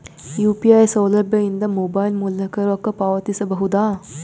UPI ಸೌಲಭ್ಯ ಇಂದ mobile ಮೂಲಕ ರೊಕ್ಕ ಪಾವತಿಸ ಬಹುದಾ?